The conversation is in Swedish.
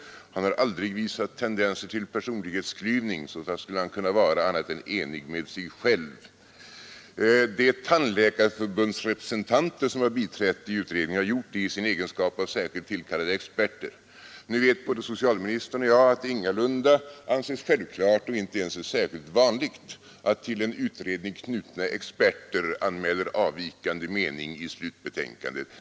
Herr Åström har aldrig visat tendenser till personlighetsklyvning. Vad skulle han vara annat än enig med sig själv? De representanter för Tandläkarförbundet som har biträtt utredningen har gjort det i sin egenskap av särskilt tillkallade experter. Nu vet både socialministern och jag att det ingalunda anses självklart och inte ens är särskilt vanligt att till en utredning knutna experter anmäler avvikande mening i slutbetänkandet.